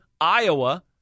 Iowa